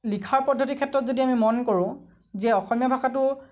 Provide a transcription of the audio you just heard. লিখাৰ পদ্ধতি ক্ষেত্ৰত যদি আমি মন কৰোঁ যে অসমীয়া ভাষাটো